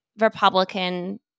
Republican